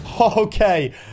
okay